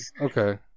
Okay